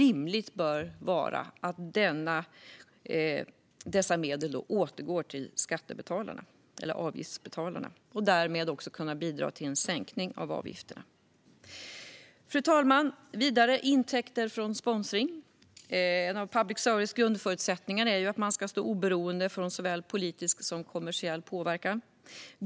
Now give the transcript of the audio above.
Det bör vara rimligt att dessa medel återgår till avgiftsbetalarna. Det kan därmed bidra till en sänkning av avgifterna. Fru talman! Jag går vidare till intäkter från sponsring. En av grundförutsättningarna för public service är att man ska vara oberoende av såväl politisk som kommersiell påverkan.